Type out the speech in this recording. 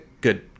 good